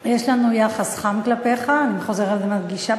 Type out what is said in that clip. יש לנו יחס חם כלפיך, אני חוזרת ומדגישה.